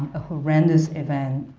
a horrendous event.